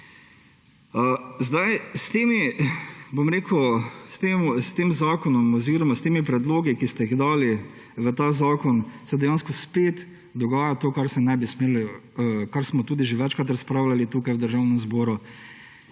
S tem zakonom oziroma s temi predlogi, ki ste jih dali v ta zakon, se dejansko spet dogaja to, kar se ne bi smelo, o čemer smo tudi že večkrat razpravljali tukaj v Državnem zboru.